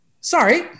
Sorry